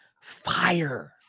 fire